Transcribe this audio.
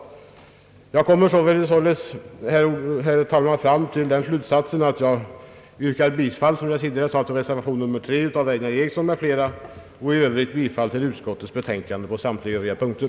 Jag kommer således, herr talman, fram till den slutsatsen att jag yrkar bifall, som jag tidigare sagt, till reservation 3 av herr Einar Eriksson m.fl. och bifall till utskottets betänkande på samtliga övriga punkter.